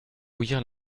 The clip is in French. bouillir